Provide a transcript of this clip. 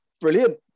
brilliant